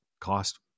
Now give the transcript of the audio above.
cost